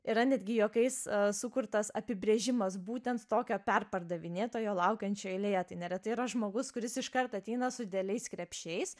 yra netgi juokais sukurtas apibrėžimas būtent tokio perpardavinėtojo laukiančių eilėje tai neretai yra žmogus kuris iš karto ateina su dideliais krepšiais